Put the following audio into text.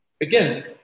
Again